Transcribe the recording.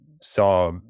saw